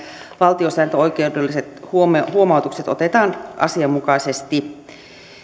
valtiosääntöoikeudelliset huomautukset otetaan asianmukaisesti